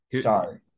Sorry